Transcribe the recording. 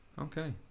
okay